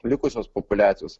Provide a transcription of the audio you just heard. likusios populiacijos